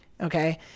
okay